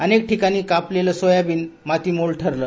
अनेक ठिकाणी कापलेल सोयाबीन मातीमोल ठरल